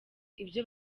ibyo